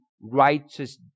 righteous